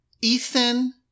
Ethan